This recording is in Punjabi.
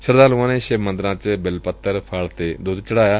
ਸ਼ਰਧਾਲੁਆਂ ਨੇ ਸ਼ਿਵ ਮੰਦਰਾਂ ਚ ਬਿਲ ਪੱਤਰ ਫਲ ਅਤੇ ਦੂੱਧ ਚੜਾਇਆ